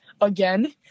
again